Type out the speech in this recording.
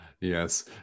Yes